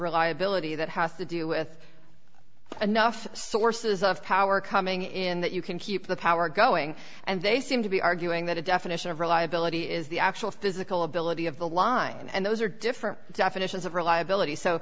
reliability that has to do with enough sources of power coming in that you can keep the power going and they seem to be arguing that a definition of reliability is the actual physical ability of the line and those are different definitions of reliability so